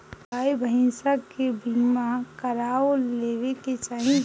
गाई भईसा के बीमा करवा लेवे के चाही